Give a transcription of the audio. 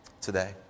today